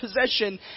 possession